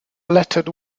lettered